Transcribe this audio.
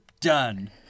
done